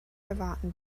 erwarten